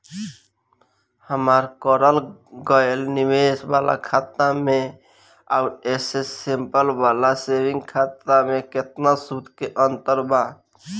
हमार करल गएल निवेश वाला खाता मे आउर ऐसे सिंपल वाला सेविंग खाता मे केतना सूद के अंतर बा?